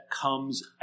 comes